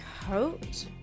coat